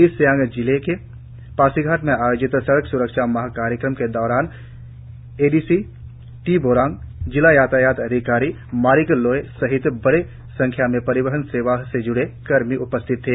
east Siang जिले एक पासीघाट में आयोजित सड़क स्रक्षा माह कार्यक्रम के दौरान A D C T Borang जिला यातायात अधिकारी मारिक लोई सहित बड़ी संख्या में परिवहन सेवा से ज्ड़े कर्मी उपस्थित थे